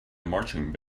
marching